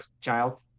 child